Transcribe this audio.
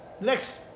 Next